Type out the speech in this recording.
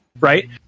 right